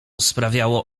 sprawiało